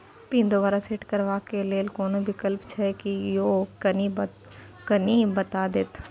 Pin दोबारा set करबा के लेल कोनो विकल्प छै की यो कनी बता देत?